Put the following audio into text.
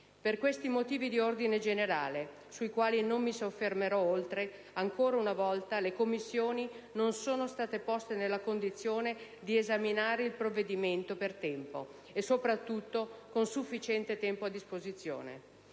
Per questi motivi di ordine generale, sui quali non mi soffermerò oltre, ancora una volta le Commissioni non sono state poste nella condizione di esaminare il provvedimento per tempo e, soprattutto, con sufficiente tempo a disposizione.